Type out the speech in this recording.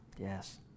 Yes